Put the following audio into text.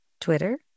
Twitter